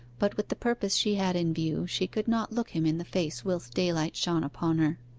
but with the purpose she had in view she could not look him in the face whilst daylight shone upon her.